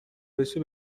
بشه